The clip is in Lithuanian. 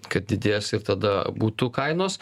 kad didės ir tada butų kainos